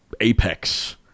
Apex